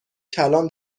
کلان